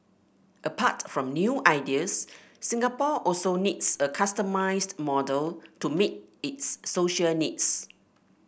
apart from new ideas Singapore also needs a customised model to meet its social needs